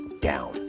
down